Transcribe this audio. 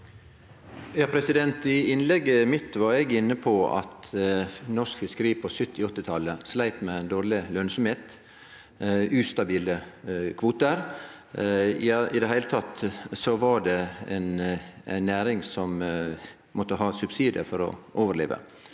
I innlegget mitt var eg inne på at norsk fiskeri på 1970- og 1980-talet sleit med dårleg lønsemd og ustabile kvotar. I det heile var det ei næring som måtte ha subsidiar for å overleve.